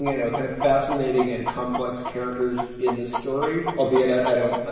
you know, kind of fascinating and complex characters in this story, albeit i don't.